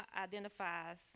identifies